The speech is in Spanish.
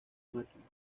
máquina